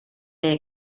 they